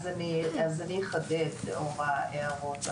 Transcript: אז אני אחדד, לאור ההערות.